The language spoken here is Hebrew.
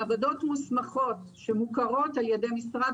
מעבדות מוסמכות שמוכרות על ידי משרד